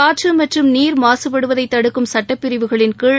காற்று மற்றும் நீர் மாசுபடுவதை தடுக்கும் சுட்டப்பிரிவுகளின் கீழ்